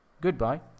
Goodbye